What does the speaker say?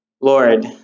Lord